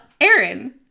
Aaron